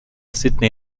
sydney